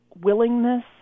willingness